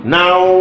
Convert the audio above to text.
Now